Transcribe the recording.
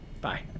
Bye